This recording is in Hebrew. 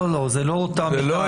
זה לא אצלם.